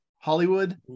Hollywood